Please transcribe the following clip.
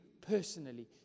personally